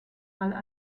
einmal